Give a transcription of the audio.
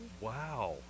wow